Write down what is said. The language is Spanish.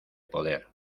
poder